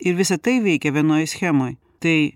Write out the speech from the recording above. ir visa tai veikia vienoj schemoj tai